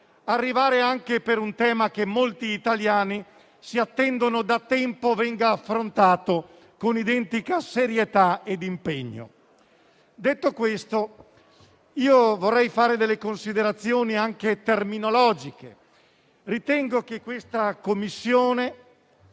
arrivare anche per un tema che molti italiani da tempo attendono venga affrontato, con identica serietà e impegno. Detto questo, vorrei fare delle considerazioni anche terminologiche, a proposito della Commissione